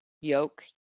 Yoke